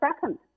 second